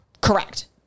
Correct